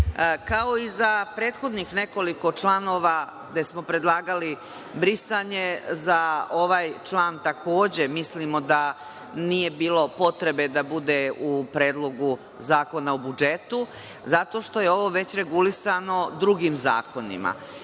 i za prethodnih nekoliko članova, gde smo predlagali brisanje, za ovaj član takođe mislimo da nije bilo potrebe u Predlogu zakona o budžetu zato što je ovo već regulisano drugim zakonima.